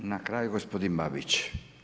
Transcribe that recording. I na kraju gospodin Babić.